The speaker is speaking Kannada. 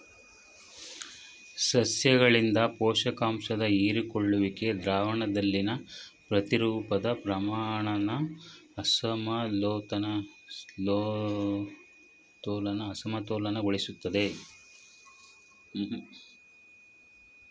ಸಸ್ಯಗಳಿಂದ ಪೋಷಕಾಂಶದ ಹೀರಿಕೊಳ್ಳುವಿಕೆ ದ್ರಾವಣದಲ್ಲಿನ ಪ್ರತಿರೂಪದ ಪ್ರಮಾಣನ ಅಸಮತೋಲನಗೊಳಿಸ್ತದೆ